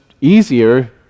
easier